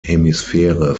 hemisphäre